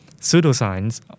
pseudoscience